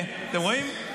אתם רואים?